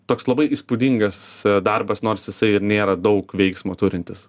toks labai įspūdingas darbas nors jisai ir nėra daug veiksmo turintis